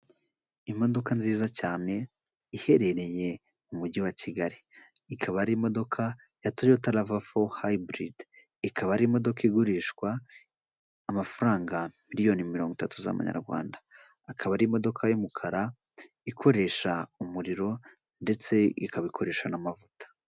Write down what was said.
Imodoka nziza cyane, iherereye mu mujyi wa Kigali, ikaba ari imodoka ya Toyota RAV4 hybrid, ikaba ari imodoka igurishwa amafaranga miliyoni mirongo itatu z'amanyarwanda, akaba ari imodoka y'umukara, ikoresha umuriro, ndetse ikaba ikoresha n'amavuta.